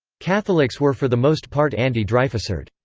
catholics were for the most part anti-dreyfusard.